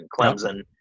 Clemson